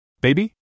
Baby